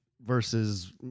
versus